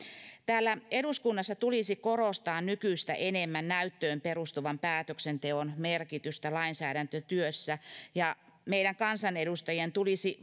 täällä eduskunnassa tulisi korostaa nykyistä enemmän näyttöön perustuvan päätöksenteon merkitystä lainsäädäntötyössä ja meidän kansanedustajien tulisi